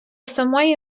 самої